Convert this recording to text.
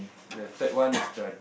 the third one is the